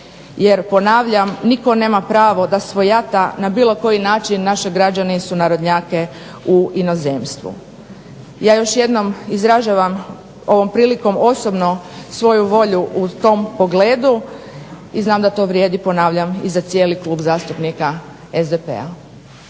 jer ponavljam nitko nema pravo da svojata na bilo koji način naše građane i sunarodnjake u inozemstvu. Ja još jednom izražavam ovom prilikom osobno svoju volju u tom pogledu i znam da to vrijedi ponavljam i za cijeli Klub zastupnika SDP-a.